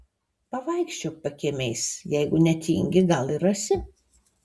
pavaikščiok pakiemiais jeigu netingi gal ir rasi